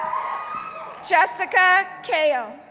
jessica kao,